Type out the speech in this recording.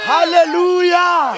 Hallelujah